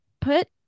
put